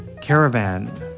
Caravan